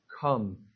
Come